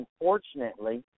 unfortunately